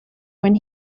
when